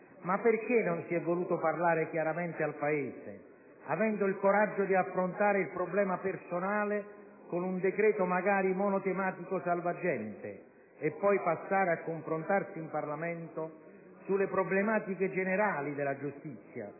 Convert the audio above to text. Ma perché non si è voluto parlare chiaramente al Paese, avendo il coraggio di affrontare il problema personale con un decreto, magari monotematico-salvagente, e poi passare a confrontarsi in Parlamento sulle problematiche generali della giustizia,